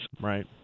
Right